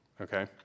okay